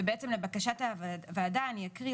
ובעצם לבקשת הוועדה אני אקריא.